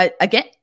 again